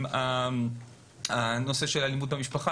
אלימות במשפחה,